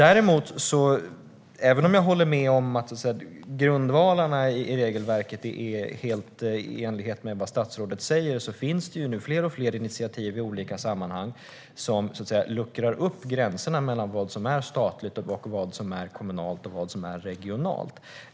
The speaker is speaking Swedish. Även om jag håller med om att grundvalarna i regelverket helt är i enlighet med det som statsrådet säger finns det fler och fler initiativ i olika sammanhang som luckrar upp gränserna mellan vad som är statligt, vad som är kommunalt och vad som är regionalt.